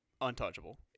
untouchable